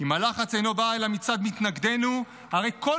אם הלחץ אינו בא אלא מצד מתנגדינו,